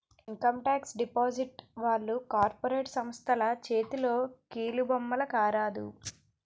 income tax department వాళ్లు corporate సంస్థల చేతిలో కీలుబొమ్మల కారాదు